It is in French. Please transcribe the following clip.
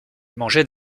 mangeait